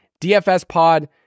DFSPOD